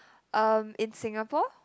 um in Singapore